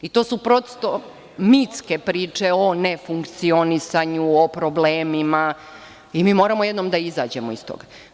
I to su prosto mitske priče o nefunkcionisanju, o problemima i mi moramo jednom da izađemo iz toga.